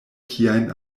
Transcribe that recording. kiajn